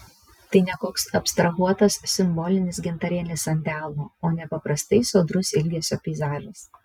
tai ne koks abstrahuotas simbolinis gintarėlis ant delno o nepaprastai sodrus ilgesio peizažas